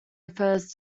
refers